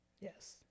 Yes